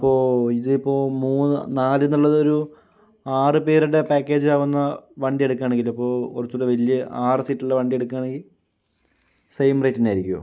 അപ്പോൾ ഇതിപ്പോൾ മൂന്ന് നാല് എന്നുള്ളത് ഒരു ആറു പേരുടെ പാക്കേജ് ആവുന്ന വണ്ടി എടുക്കുവാണെല് അപ്പോൾ ഒരു കൂടി വലിയ ആറു സീറ്റ് ഉള്ള വണ്ടി എടുക്കുവാണെങ്കിൽ സെയിം റേറ്റ് തന്നെ ആയിരിക്കുവോ